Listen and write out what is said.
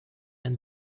ein